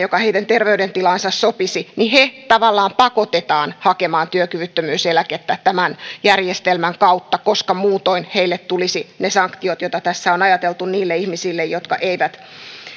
joka heidän terveydentilaansa sopisi onnistuisivat löytämään tavallaan pakotetaan hakemaan työkyvyttömyyseläkettä tämän järjestelmän kautta koska muutoin heille tulisivat ne sanktiot joita tässä on ajateltu niille ihmisille jotka eivät